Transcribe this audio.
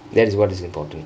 that is what is important